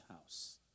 house